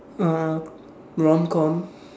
uh rom com